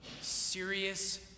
serious